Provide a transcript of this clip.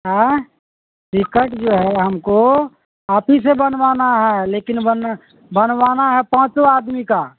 ایں ٹکٹ جو ہے ہم کو آپ ہی ہے سے بنوانا ہے لیکن بنوانا ہے پانچوں آدمی کا